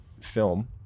film